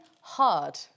hard